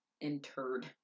interred